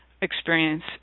experience